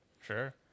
Sure